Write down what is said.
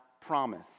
promise